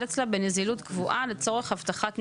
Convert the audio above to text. אצלה בנזילות קבועה לצורך הבטחת נזילות".